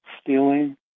stealing